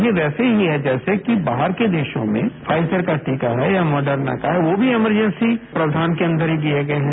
यह वैसे ही जैसे कि बाहर के देशों में फाइजर का टीका है या मॉडर्ना का है वो भी इमरजेंसी प्रावधान के अन्दर किया गया है